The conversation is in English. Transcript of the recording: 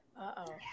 Uh-oh